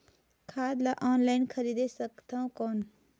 खाद ला ऑनलाइन खरीदे सकथव कौन?